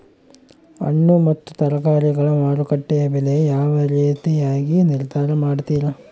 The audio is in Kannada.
ಹಣ್ಣು ಮತ್ತು ತರಕಾರಿಗಳ ಮಾರುಕಟ್ಟೆಯ ಬೆಲೆ ಯಾವ ರೇತಿಯಾಗಿ ನಿರ್ಧಾರ ಮಾಡ್ತಿರಾ?